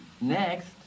Next